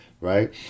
Right